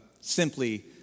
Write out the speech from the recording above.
simply